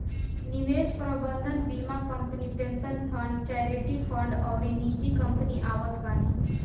निवेश प्रबंधन बीमा company, pension fund, charity fund अउरी निजी कंपनी आवत बानी